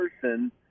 person